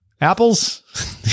apples